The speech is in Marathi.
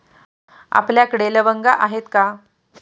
आपल्याकडे लवंगा आहेत का?